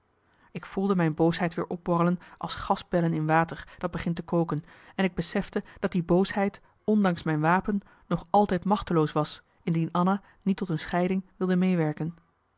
ik voelde mijn boosheid weer opborrelen als gasbellen in water dat begint te koken en ik besefte dat die boosheid ondanks mijn wapen nog altijd machteloos was indien anna niet tot een scheiding wilde meewerken